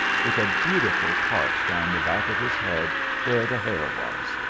with a beautiful part down the back of his head where the hair was.